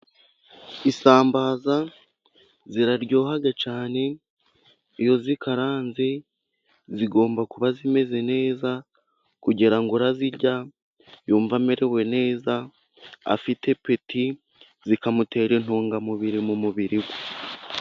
Isambaza ziraryoha cyane iyo zikaranze. Zigomba kuba zimeze neza kugira ngo uzirya yumve amerewe neza afite apeti, zikamutera intungamubiri mu mubiri we.